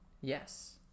Yes